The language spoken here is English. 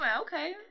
Okay